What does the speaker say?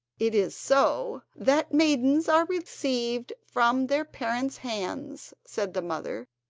it is so that maidens are received from their parents hands said the mother,